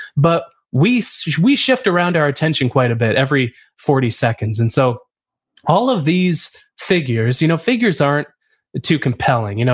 but we so we shift around our attention quite a bit every forty seconds. and so all of these figures, you know figures aren't too compelling. you know